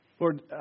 Lord